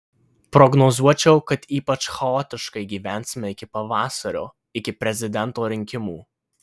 prognozuočiau kad ypač chaotiškai gyvensime iki pavasario iki prezidento rinkimų